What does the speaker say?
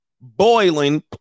boiling